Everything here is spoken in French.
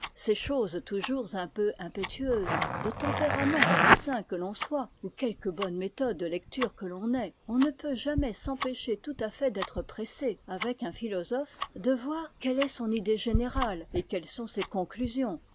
c'est chose toujours un peu impétueuse de tempérament si sain que l'on soit ou quelque bonne méthode de lecture que l'on ait on ne peut jamais s'empêcher tout à fait d'être pressé avec un philosophe de voir quelle est son idée générale et quelles sont ses conclusions